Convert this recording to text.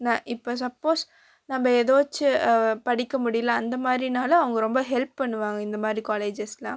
நான் இப்போ சப்போஸ் நம்ம எதாச்சும் படிக்க முடியல அந்த மாதிரினாலும் அவங்க ரொம்ப ஹெல்ப் பண்ணுவாங்க இந்த மாதிரி காலேஜஸ்னால்